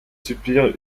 subir